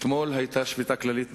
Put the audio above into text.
אתמול היתה שביתה כללית בשפרעם,